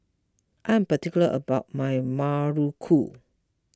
I'm particular about my Muruku